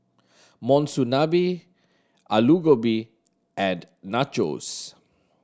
Monsunabe Alu Gobi and Nachos